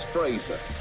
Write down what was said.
Fraser